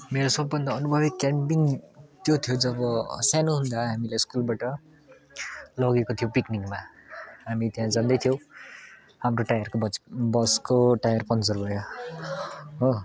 मेरो सबभन्दा अनुभवी क्याम्पिङ त्यो थियो जब सानो हुँदा हामीलाई स्कुलबाट लगेको थियो पिकनिकमा हामी त्यहाँ जाँदैथ्यौँ हाम्रो टायरको बच् बसको टायर पन्चर भयो हो